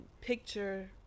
picture